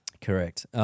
Correct